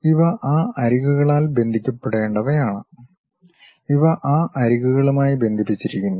ഇവ ആ അരികുകളാൽ ബന്ധിപ്പിക്കപ്പെടേണ്ടവയാണ് ഇവ ആ അരികുകളുമായി ബന്ധിപ്പിച്ചിരിക്കുന്നു